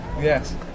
Yes